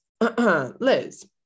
Liz